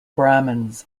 brahmins